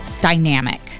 dynamic